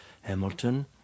Hamilton